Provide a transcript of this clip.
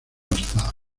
hasta